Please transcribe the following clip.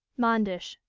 manders.